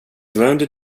wounded